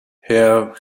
herr